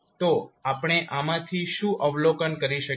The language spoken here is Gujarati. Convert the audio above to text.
તો આપણે આમાંથી શું અવલોકન કરી શકીએ